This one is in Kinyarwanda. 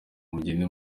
mugende